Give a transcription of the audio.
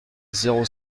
zéro